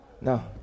No